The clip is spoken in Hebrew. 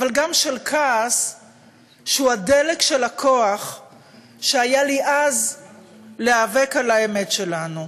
אבל גם של כעס שהוא הדלק של הכוח שהיה לי אז להיאבק על האמת שלנו.